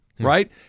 Right